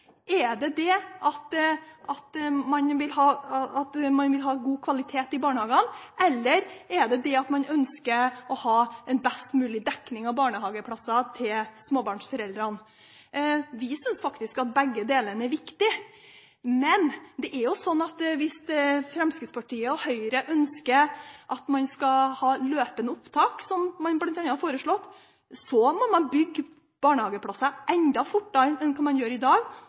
argumentene deres? Er det at man vil ha god kvalitet i barnehagene, eller er det at man ønsker å ha en best mulig dekning av barnehageplasser til småbarnsforeldrene? Vi synes faktisk at begge deler er viktig. Hvis Fremskrittspartiet og Høyre ønsker at man skal ha løpende opptak, som de bl.a. har foreslått, må man bygge barnehageplasser enda fortere enn man gjør i dag,